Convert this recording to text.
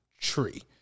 tree